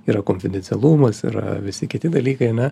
yra konfidencialumas yra visi kiti dalykai ane